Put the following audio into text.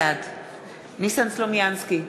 בעד ניסן סלומינסקי,